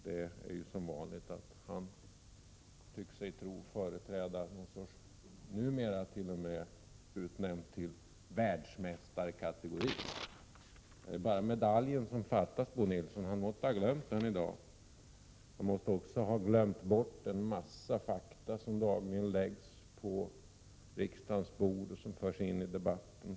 Det är som vanligt: han tror sig företräda något som numera t.o.m. är världsmästarkategori. Det är bara medaljen som fattas, Bo Nilsson! Han måste ha glömt den i dag. Han måste också ha glömt bort en mängd fakta som dagligen läggs på riksdagens bord och som tillförs debatten.